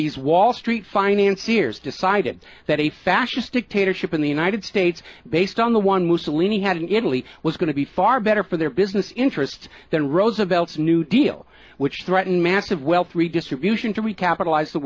these wall street financier's decided that a fascist dictatorship in the united states based on the one most illini had in italy was going to be far better for their business interests than roosevelt's new deal which threatened massive wealth redistribution to recapitalize t